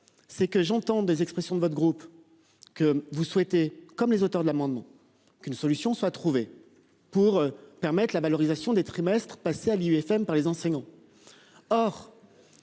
C'est que j'entends des expressions de votre groupe que vous souhaitez comme les auteurs de l'amendement qu'une solution soit trouvée pour permettre la valorisation des trimestres passés à l'IUFM par les enseignants. Or.